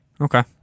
Okay